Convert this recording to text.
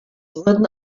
wurden